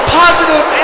positive